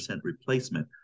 replacement